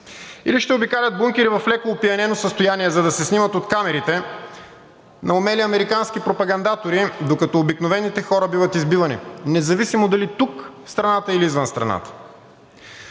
или ще обикалят бункери в леко опиянено състояние, за да се снимат от камерите на умели американски пропагандатори, докато обикновените хора биват избивани – независимо дали тук в страната, или извън страната.